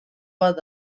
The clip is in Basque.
bat